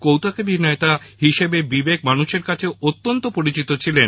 কৌতুকাভিনেতা হিসেবে বিবেক মানুষের কাছে অত্যন্ত পরিচিত ছিলেন